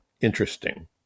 interesting